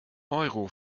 euro